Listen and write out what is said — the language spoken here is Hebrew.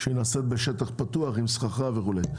שנעשית בשטח פתוח עם סככה וכולי.